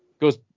goes